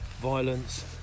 violence